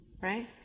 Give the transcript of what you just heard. right